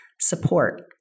support